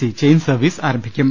C chain service ആരംഭിക്കും